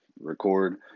record